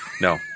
No